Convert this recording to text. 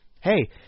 hey